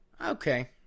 Okay